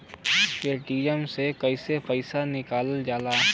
Paytm से कैसे पैसा निकलल जाला?